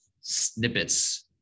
snippets